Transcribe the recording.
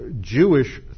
Jewish